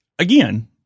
Again